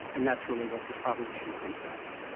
and that's really what this proposition comes down to.